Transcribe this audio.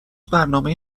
برنامه